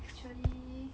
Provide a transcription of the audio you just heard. actually